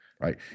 right